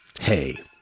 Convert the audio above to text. Hey